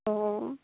অঁ